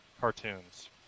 cartoons